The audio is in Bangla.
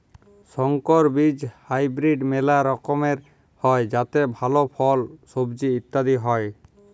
সংকর বীজ হাইব্রিড মেলা রকমের হ্যয় যাতে ভাল ফল, সবজি ইত্যাদি হ্য়য়